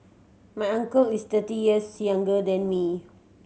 my uncle is thirty years younger than me